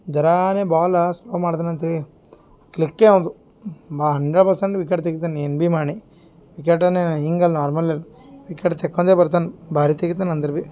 ಜರಾನೆ ಬಾಲ ಸ್ಲೋ ಮಾಡೋದ್ರಂತಿ ಕ್ಲಿಕ್ಕೆ ಅವಂದು ಬಾ ಹಂಡ್ರೆಡ್ ಪರ್ಸೆಂಟ್ ವಿಕೆಟ್ ತೆಗಿತಾನೆ ಎನ್ಬಿ ಮಾಣಿ ವಿಕೆಟನ್ನೆ ಹಿಂಗಲ್ ನಾರ್ಮಲ್ ವಿಕೆಟ್ ತಕ್ಕೊಂಡೆ ಬರ್ತಾನೆ ಭಾರಿ ತೆಗಿತಾನೆ ಅಂದರೆ ಬಿ